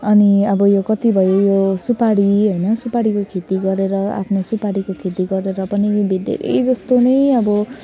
अनि अब यो कति भयो यो सुपारी होइन सुपारीको खेती गरेर आफ्नो सुपारीको खेती गरेर पनि भि धेरै जस्तो नै अब